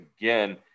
again